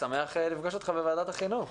אני שמח לפגוש אותך בוועדת החינוך,